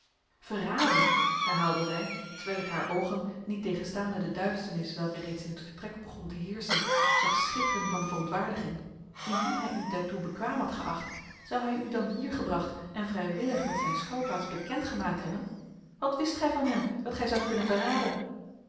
verraden herhaalde zij terwijl ik haar oogen niettegenstaande de duisternis welke reeds in het vertrek begon te heerschen zag schitteren van verontwaardiging indien hij u daartoe bekwaam had geacht zou hij u dan hier gebracht en vrijwillig met zijn schuilplaats bekend gemaakt hebben wat wist gij van hem dat gij zoudt kunnen verraden